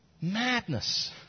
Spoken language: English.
Madness